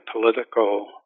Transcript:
political